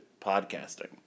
podcasting